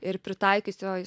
ir pritaikiusioj